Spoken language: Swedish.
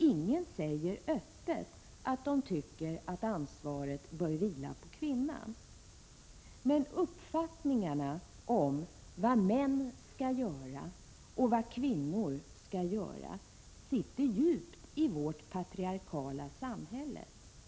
Ingen säger öppet att han tycker att ansvaret bör vila på kvinnan. Men uppfattningarna om vad män skall göra och vad kvinnor skall göra sitter djupt i vårt patriarkaliska samhälle. Den s.k. — Prot.